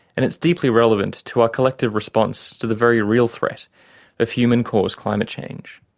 and it's deeply relevant to our collective response to the very real threat of human-caused climate change.